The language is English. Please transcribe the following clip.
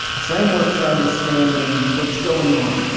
a framework for understanding what's going on.